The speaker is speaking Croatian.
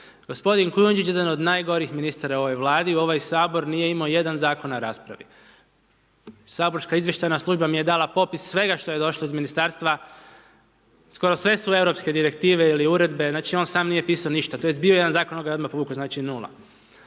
Gospodin Kujundžić jedan od najgorih ministara u ovoj Vladi u ovaj sabor nije imao jedan zakon na raspravi. Saborska izvještajna služba mi je dala popis svega što je došlo iz ministarstva, skoro sve su europske direktive ili uredbe. Znači on sam nije pisao ništa, tj. bio je jedan zakon on ga je odmah povukao, znači nula.